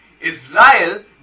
Israel